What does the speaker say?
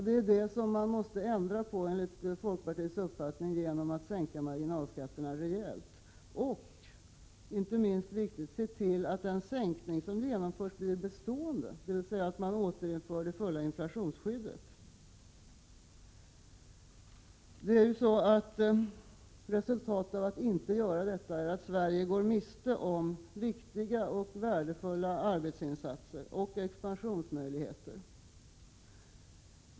Det är detta man enligt folkpartiets uppfattning måste ändra på genom att rejält sänka marginalskatterna och — det är inte minst viktigt — se till att den sänkning som genomförs blir bestående, dvs. att man återinför det fulla inflationsskyddet. Om vi inte gör det blir resultatet att vi går miste om viktiga och värdefulla arbetsinsatser och expansionsmöjligheter.